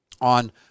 on